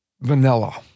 vanilla